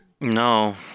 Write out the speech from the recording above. No